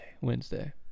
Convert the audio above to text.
Wednesday